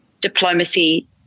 diplomacy